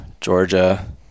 Georgia